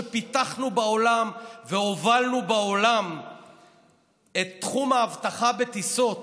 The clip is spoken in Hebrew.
שפיתחנו בעולם והובלנו בעולם את תחום האבטחה בטיסות,